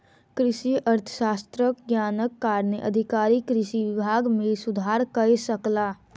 कृषि अर्थशास्त्रक ज्ञानक कारणेँ अधिकारी कृषि विभाग मे सुधार कय सकला